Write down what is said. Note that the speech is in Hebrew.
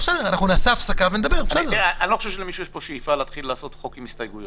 אני לא חושב שלמישהו יש שאיפה לעשות פה חוק עם הסתייגויות,